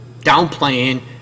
downplaying